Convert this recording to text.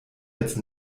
jetzt